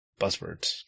buzzwords